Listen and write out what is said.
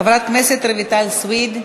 חברת הכנסת רויטל סויד,